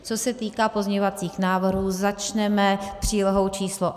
Co se týká pozměňovacích návrhů, začneme přílohou písm.